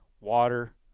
water